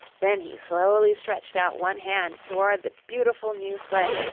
then he slowly stretched out one hand toward the beautiful new sled,